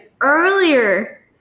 earlier